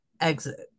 exit